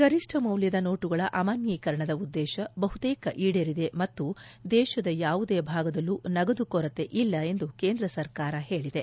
ಗರಿಷ್ಣ ಮೌಲ್ಯದ ನೋಟುಗಳ ಅಮಾನ್ಖೀಕರಣದ ಉದ್ದೇಶ ಬಹುತೇಕ ಈಡೇರಿದೆ ಮತ್ತು ದೇಶದ ಯಾವುದೇ ಭಾಗದಲ್ಲೂ ನಗದು ಕೊರತೆ ಇಲ್ಲ ಎಂದು ಕೇಂದ್ರ ಸರ್ಕಾರ ಹೇಳಿದೆ